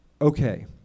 okay